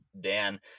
Dan